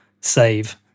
save